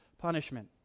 punishment